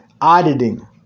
auditing